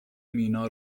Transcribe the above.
مینا